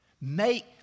Make